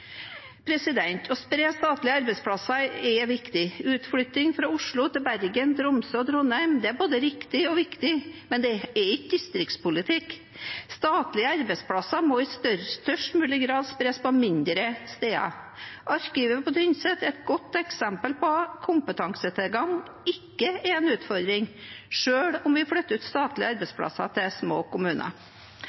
Å spre statlige arbeidsplasser er viktig. Utflytting fra Oslo til Bergen, Tromsø og Trondheim er både riktig og viktig, men det er ikke distriktspolitikk. Statlige arbeidsplasser må i størst mulig grad spres på mindre steder. Arkivet på Tynset er et godt eksempel på at kompetansetilgang ikke er en utfordring selv om vi flytter ut statlige arbeidsplasser til små kommuner.